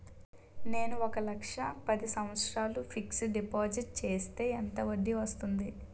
నేను ఒక లక్ష పది సంవత్సారాలు ఫిక్సడ్ డిపాజిట్ చేస్తే ఎంత వడ్డీ వస్తుంది?